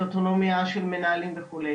לאוטונומיה של מנהלים וכו',